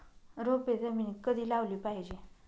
रोपे जमिनीत कधी लावली पाहिजे?